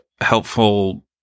helpful